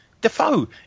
Defoe